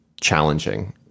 challenging